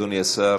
אדוני השר